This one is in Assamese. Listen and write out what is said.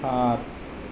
সাত